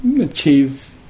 achieve